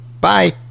Bye